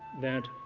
that